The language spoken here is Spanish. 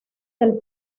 del